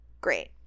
Great